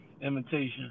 imitation